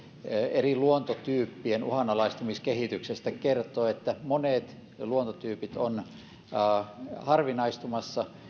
eri luontotyyppien uhanalaistumiskehityksestä kertoo että monet luontotyypit ovat harvinaistumassa